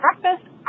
breakfast